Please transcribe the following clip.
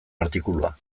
artikulua